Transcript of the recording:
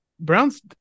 Browns